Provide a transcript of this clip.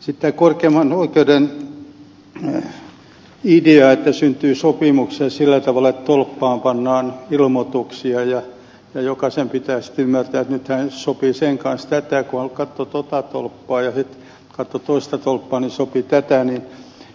sitten tämä korkeimman oikeuden idea että syntyy sopimus sillä tavalla että tolppaan pannaan ilmoituksia ja jokaisen pitää sitten ymmärtää että nyt sopii sen kanssa tätä kun katsoo tuota tolppaa ja sitten kun katsoo toista tolppaa niin sopii tätä